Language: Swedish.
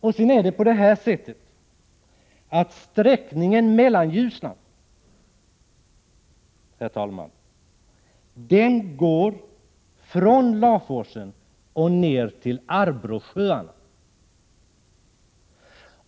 Det är faktiskt så, att Mellanljusnan sträcker sig från Laforsen och ned till Arbråsjöarna.